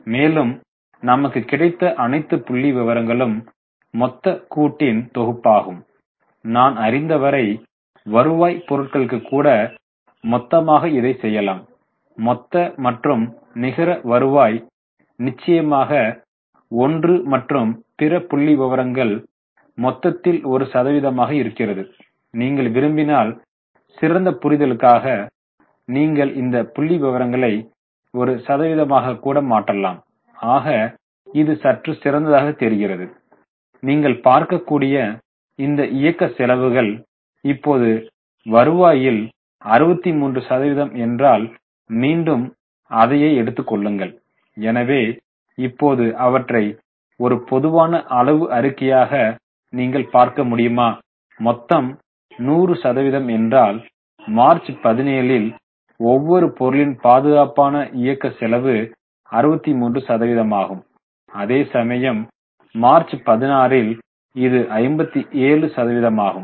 மேலும் நமக்கு கிடைத்த அனைத்து புள்ளிவிவரங்களும் மொத்த கூட்டின் தொகுப்பாகும் நான் அறிந்தவரை வருவாய் பொருட்களுக்கு கூட மொத்தமாக இதைச் செய்யலாம் மொத்த மற்றும் நிகர வருவாய் நிச்சயமாக 1 மற்றும் பிற புள்ளிவிவரங்கள் மொத்தத்தில் ஒரு சதவீதமாக இருக்கிறது நீங்கள் விரும்பினால் சிறந்த புரிதலுக்காக நீங்கள் இந்த புள்ளி விவரங்களை ஒரு சதவீதமாக கூட மாற்றலாம் ஆக இது சற்று சிறந்ததாக தெரிகிறது நீங்கள் பார்க்கக்கூடிய இந்த இயக்க செலவுகள் இப்போது வருவாயில் 63 சதவீதம் என்றால் மீண்டும் அதையே எடுத்துக்கொள்ளுங்கள் எனவே இப்போது அவற்றை ஒரு பொதுவான அளவு அறிக்கையாக நீங்கள் பார்க்க முடியுமா மொத்தம் 100 சதவீதம் என்றால் மார்ச் 17 இல் ஒவ்வொரு பொருளின் பாதுகாப்பான இயக்க செலவு 63 சதவீதமாகும் அதேசமயம் மார்ச் 16 இல் இது 57 சதவீதமாகும்